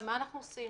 מה אנחנו עושים